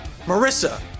Marissa